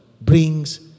brings